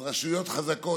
אז רשויות חזקות,